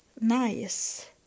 nice